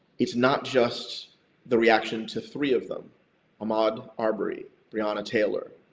it's not just the reaction to three of them ahmaud arbery, breonna taylor